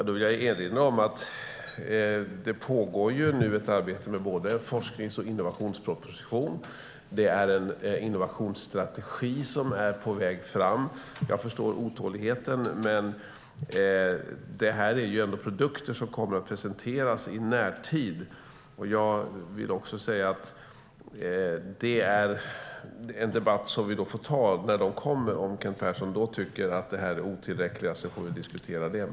Då vill jag erinra om att det pågår ett arbete med både forsknings och innovationsproposition och att en innovationsstrategi är på väg fram. Jag förstår otåligheten, men detta är produkter som kommer att presenteras i närtid. Vi får ta debatten när förslagen kommer, om Kent Persson då tycker att förslagen är otillräckliga. I så fall får vi diskutera det.